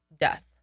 death